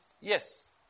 Yes